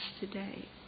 today